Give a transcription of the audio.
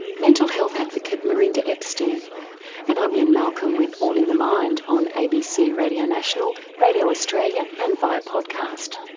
mental health advocate merinda epstein and i'm lynne malcolm with all in the mind on abc radio national, radio australia and via podcast.